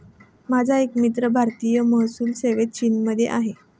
माझा एक मित्र भारतीय महसूल सेवेत चीनमध्ये आहे